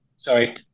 Sorry